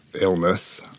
illness